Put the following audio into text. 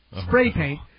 spray-paint